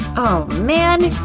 oh man,